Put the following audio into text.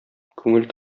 күңел